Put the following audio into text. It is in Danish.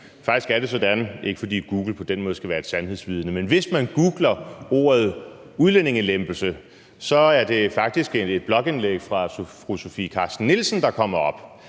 Faktisk er det sådan – ikke fordi Google på den måde skal være et sandhedsvidne – at hvis man googler ordet udlændingelempelse, er det faktisk et blogindlæg fra fru Sofie Carsten Nielsen, der kommer op,